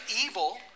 evil